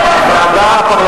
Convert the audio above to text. על מערכת המשפט ועל